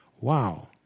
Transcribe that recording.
Wow